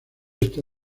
está